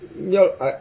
ya I